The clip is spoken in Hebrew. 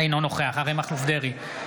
אינו נוכח אריה מכלוף דרעי,